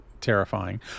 terrifying